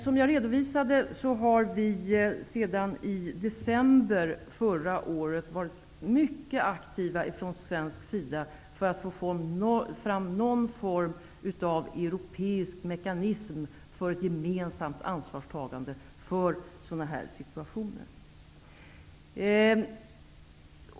Som jag redovisade har vi från svensk sida sedan december förra året varit mycket aktiva för att få fram någon form av europeisk mekanism för ett gemensamt ansvarstagande för sådana här situationer.